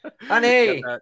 Honey